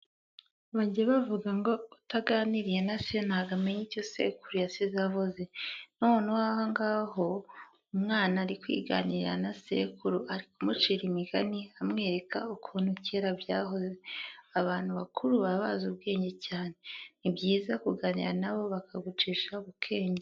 Bajya bavuga ngo utaganiriye na se ntago amenya icyo sekuru yasize avuze. Noneho aha ngaha ho umwana ari kwiganirira na sekuru, ari kumucira imigani, amwereka ukuntu kera byahoze. Abantu bakuru baba bazi ubwenge cyane. Ni byiza kuganira nabo bakagucisha ku kenge.